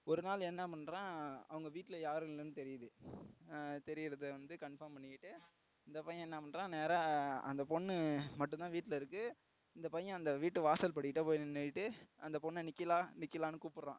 ஒரு நாள் என்ன பண்ணுறான் அவங்க வீட்டில் யாரும் இல்லைன்னு தெரியுது தெரியறதை வந்து கன்ஃபார்ம் பண்ணிக்கிட்டு இந்த பையன் என்ன பண்ணுறான் நேராக அந்த பொண்ணு மட்டும்தான் வீட்டில் இருக்கு இந்த பையன் அந்த வீட்டு வாசல் படிகிட்ட போய் நின்றுக்கிட்டு அந்த பொண்ணை நிகிலா நிகிலான்னு கூப்பிடுறான்